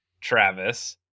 Travis